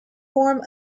form